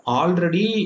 already